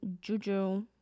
Juju